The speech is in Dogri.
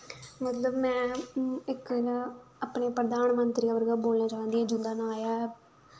मतलब में इक ना अपने प्रधानमंत्री उप्पर गै बोलना चांह्दी जिंदा नांऽ ऐ